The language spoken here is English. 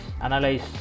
analyze